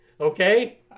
Okay